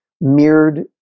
mirrored